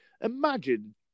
Imagine